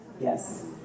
Yes